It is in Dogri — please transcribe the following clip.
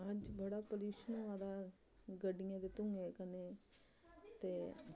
अज्ज बड़ा प्लूयशन होआ दा गड्डियें दे धुएं कन्नै ते